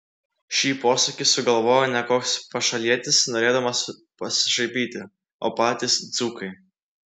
šį posakį sugalvojo ne koks pašalietis norėdamas pasišaipyti o patys dzūkai